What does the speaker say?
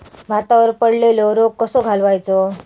भातावर पडलेलो रोग कसो घालवायचो?